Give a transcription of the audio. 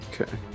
Okay